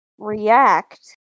react